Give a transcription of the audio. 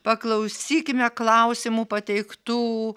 paklausykime klausimų pateiktų